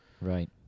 Right